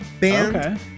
band